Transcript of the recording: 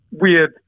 weird